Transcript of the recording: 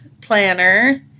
planner